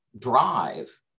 drive